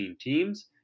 teams